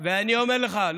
ואני אומר לך,